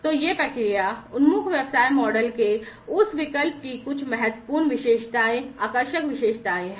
तो ये प्रक्रिया उन्मुख व्यवसाय मॉडल के उस विकल्प की कुछ महत्वपूर्ण आकर्षक विशेषताएं हैं